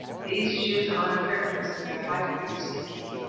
these jews honored hyrcanus as their high priest and king,